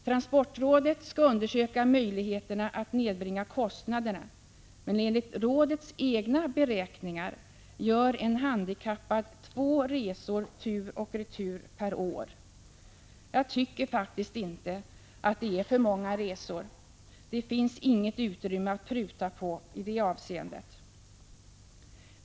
Transportrådet skall undersöka möjligheterna att nedbringa kostnaderna, men enligt rådets egna beräkningar gör en handikappad två resor tur och retur per år. Jag tycker faktiskt inte att detta är för många resor — det finns inget utrymme att pruta på i det avseendet.